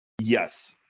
Yes